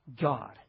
God